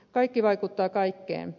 kaikki vaikuttaa kaikkeen